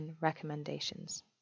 recommendations